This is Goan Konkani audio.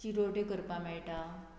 चिरोट्यो करपाक मेळटा